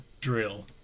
drill